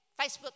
Facebook